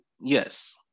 Yes